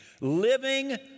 living